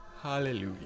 hallelujah